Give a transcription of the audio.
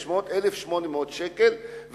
1,600 1,800 שקלים,